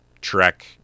trek